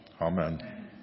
Amen